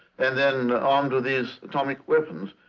and then armed with these atomic weapons.